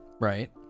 right